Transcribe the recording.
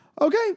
okay